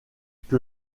que